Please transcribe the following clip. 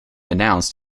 announced